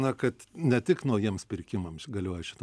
na kad ne tik naujiems pirkimams galioja šita